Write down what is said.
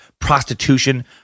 Prostitution